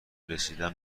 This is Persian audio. رسیدن